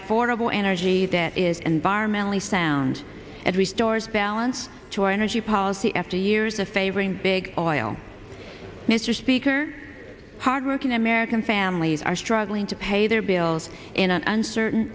affordable energy that is environmentally sound and restores balance to our energy policy after years of favoring big oil mr speaker hard working american families are struggling to pay their bills in an uncertain